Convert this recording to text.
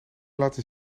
laten